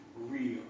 real